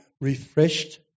refreshed